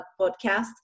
podcast